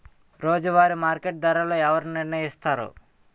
రోజువారి మార్కెట్ ధరలను ఎవరు నిర్ణయిస్తారు?